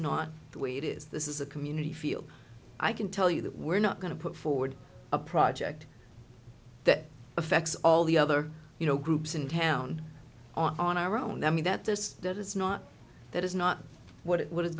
not the way it is this is a community feel i can tell you that we're not going to put forward a project that affects all the other you know groups in town on our own i mean that this that is not that is not what it what is